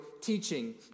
teaching